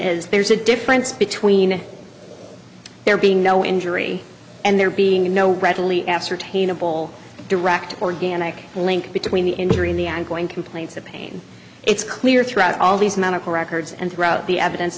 is there's a difference between there being no injury and there being no readily ascertainable direct organic link between the injury in the ongoing complaints of pain it's clear throughout all these medical records and throughout the evidence